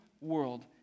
world